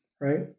right